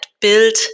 built